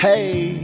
Hey